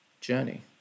journey